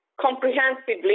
comprehensively